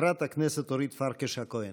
חברת הכנסת אורית פרקש הכהן.